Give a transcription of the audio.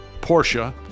Porsche